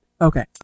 Okay